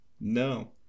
No